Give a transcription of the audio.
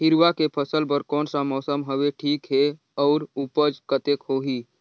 हिरवा के फसल बर कोन सा मौसम हवे ठीक हे अउर ऊपज कतेक होही?